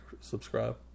subscribe